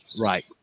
Right